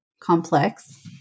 complex